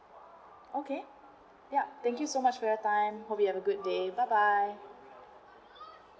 okay ya thank you so much for your time hope you have a good day bye bye